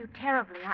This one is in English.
terribly